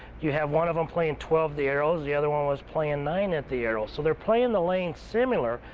you have one of them playing twelve the arrows, the other one was playing nine at the arrows. so, they're playing the lane similar,